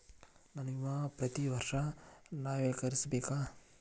ನನ್ನ ವಿಮಾ ಪ್ರತಿ ವರ್ಷಾ ನವೇಕರಿಸಬೇಕಾ?